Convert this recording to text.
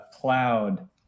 cloud